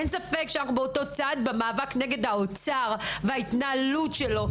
אין ספק שאנחנו באותו צד במאבק נגד האוצר וההתנהלות שלו,